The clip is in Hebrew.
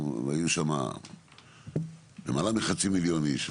היו שם למעלה מחצי מיליון איש,